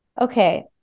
okay